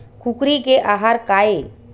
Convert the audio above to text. कुकरी के आहार काय?